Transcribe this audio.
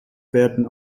werden